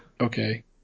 okay